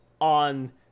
on